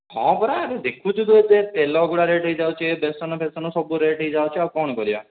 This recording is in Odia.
ହଁ ପରା ଆମେ ଦେଖୁଛୁ ଯୋଉ ଯେ ତେଲଗୁଡ଼ା ରେଟ୍ ହୋଇଯାଉଛି ବେସନ ଫେସନ ସବୁ ରେଟ୍ ହୋଇଯାଉଛି ଆଉ କ'ଣ କରିବା